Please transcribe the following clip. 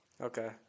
Okay